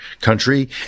country